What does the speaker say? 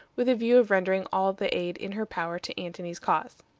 with a view of rendering all the aid in her power to antony's cause.